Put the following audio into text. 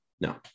No